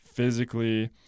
physically